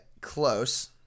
Close